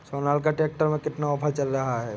Sonalika tractor में कितना offer चल रहा है?